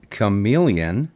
Chameleon